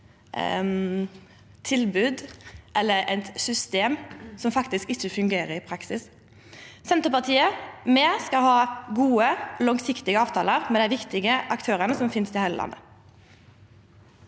tilbod eller eit system som faktisk ikkje fungerer i praksis. Senterpartiet skal ha gode, langsiktige avtalar med dei viktige aktørane som finst i heile landet.